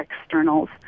externals